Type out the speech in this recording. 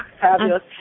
Fabulous